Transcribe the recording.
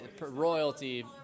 Royalty